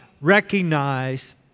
recognize